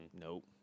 Nope